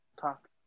talk